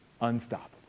Unstoppable